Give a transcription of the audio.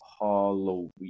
Halloween